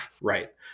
Right